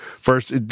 first